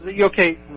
Okay